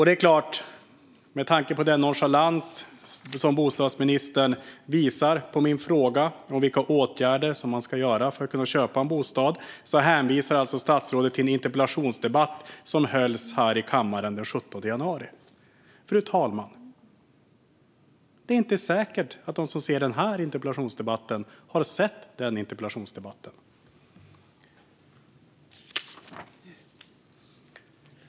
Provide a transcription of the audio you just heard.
Det är nonchalans som ministern visar min fråga om vilka åtgärder som ska vidtas för att man ska kunna köpa en bostad, då han hänvisar till en interpellationsdebatt som hölls här i kammaren den 17 januari. Det är inte säkert att de som ser denna interpellationsdebatt har sett den interpellationsdebatten.